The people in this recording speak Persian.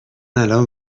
الان